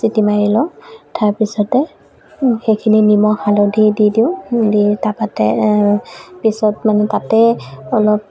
city মাৰি লওঁ তাৰপিছতে সেইখিনি নিমখ হালধি দি দিওঁ দি তাৰপা পিছত মানে তাতেই অলপ